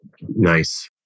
Nice